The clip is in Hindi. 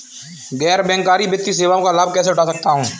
गैर बैंककारी वित्तीय सेवाओं का लाभ कैसे उठा सकता हूँ?